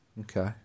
Okay